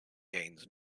gains